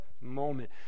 moment